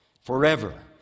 forever